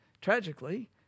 Tragically